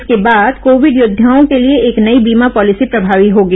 इसके बाद कोविड योद्वाओं के लिए एक नई बीमा पॉलिसी प्रभावी होगी